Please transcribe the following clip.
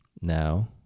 now